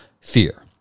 fear